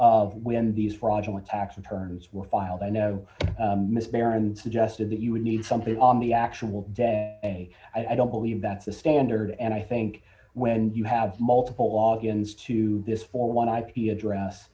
days when these fraudulent tax returns were filed i know miss baron suggested that you would need something on the actual day i don't believe that's the standard and i think when you have multiple log ins to this for one ip address